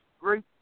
great